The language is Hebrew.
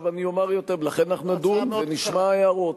לכן אנחנו נדון ונשמע הערות.